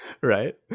Right